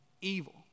Evil